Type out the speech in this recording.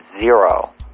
zero